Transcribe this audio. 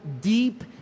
deep